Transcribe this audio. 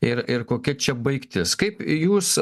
ir ir kokia čia baigtis kaip jūs